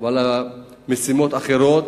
וימלאו משימות אחרות,